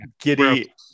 giddy